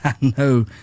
No